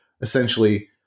essentially